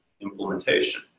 implementation